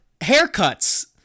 haircuts